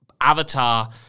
Avatar